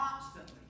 constantly